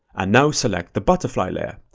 and now select the butterfly layer.